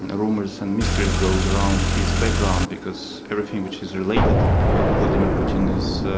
ah rumours and mysteries goes around his background, because everything which is related to vladimir putin is